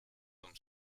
vom